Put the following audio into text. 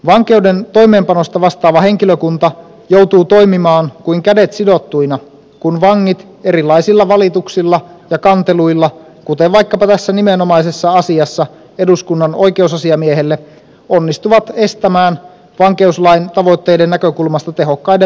vankeuden toimeenpanosta vastaava henkilökunta joutuu toimimaan kuin kädet sidottuina kun vangit erilaisilla valituksilla ja kanteluilla kuten vaikkapa tässä nimenomaisessa asiassa eduskunnan oikeusasiamiehelle onnistuvat estämään vankeuslain tavoitteiden näkökulmasta tehokkaiden valvontakeinojen käytön